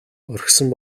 орхисон